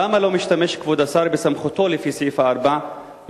למה לא משתמש כבוד השר בסמכותו לפי סעיף 4 לחוק,